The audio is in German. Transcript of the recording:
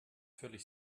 völlig